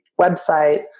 website